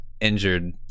injured